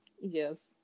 Yes